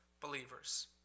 believers